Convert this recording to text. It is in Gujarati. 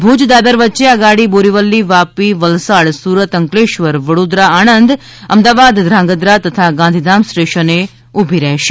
ભુજ દાદર વચ્ચે આ ગાડી બોરવલી વાપી વલસાડ સુરત અંકલેશ્વર વડોદરા આણંદ અમદાવાદ ધ્રાંગધ્રા તથા ગાંધીધામ સ્ટેશને ઊભી રહેશે